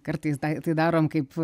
kartais dai tai darom kaip